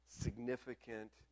significant